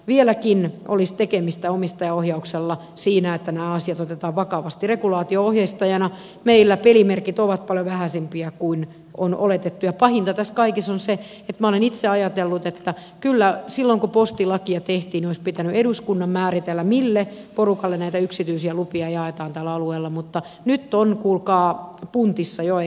vieläkin olisi tekemistä omistajaohjauksella siinä että asiat otetaan vakavasti regulaatio ohjeistajana meillä pelimerkit ovat paljon vähäisempiä kuin on oletettu ja pahimmilta skaidisunset mainitse ajatellut että kyllä sillonku postilakia tehtiin ois pitäny eduskunnan määritellä mille porukalle näitä yksityisiä lupia jaetaan tällä alueella mutta nyt on kuulkaa puntissa joel